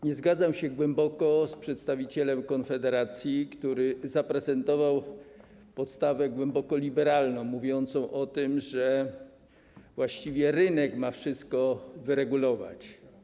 Nie zgadzam się zdecydowanie z przedstawicielem Konfederacji, który zaprezentował postawę głęboko liberalną, mówiąc o tym, że właściwie rynek ma wszystko wyregulować.